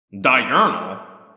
Diurnal